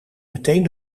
meteen